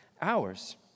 hours